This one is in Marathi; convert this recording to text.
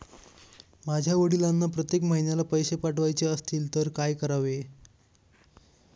माझ्या वडिलांना प्रत्येक महिन्याला पैसे पाठवायचे असतील तर काय करावे?